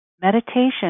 Meditation